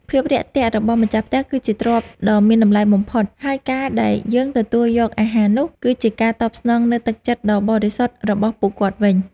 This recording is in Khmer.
ភាពរាក់ទាក់របស់ម្ចាស់ផ្ទះ គឺជាទ្រព្យដ៏មានតម្លៃបំផុត ហើយការដែលយើងទទួលយកអាហារនោះ គឺជាការតបស្នងនូវទឹកចិត្តដ៏បរិសុទ្ធរបស់ពួកគាត់វិញ។